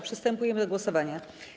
Przystępujemy do głosowania.